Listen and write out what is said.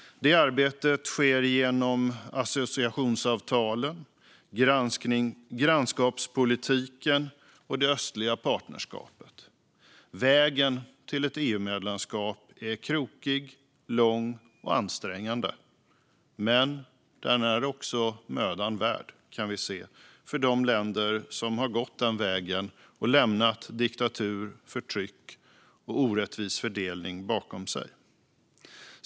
Det arbetet sker genom associationsavtalen, grannskapspolitiken och det östliga partnerskapet. Vägen till ett EU-medlemskap är krokig, lång och ansträngande. Men vi kan se att den är mödan värd för de länder som har gått den vägen och lämnat diktatur, förtryck och orättvis fördelning bakom sig.